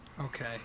Okay